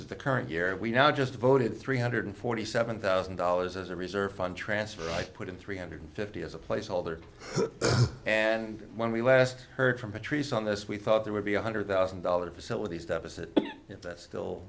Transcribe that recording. says the current year we now just voted three hundred forty seven thousand dollars as a reserve fund transfer i put in three hundred fifty as a placeholder and when we last heard from patrice on this we thought there would be one hundred thousand dollars facilities deficit that's still